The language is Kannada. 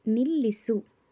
ನಿಲ್ಲಿಸು